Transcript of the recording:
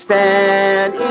Stand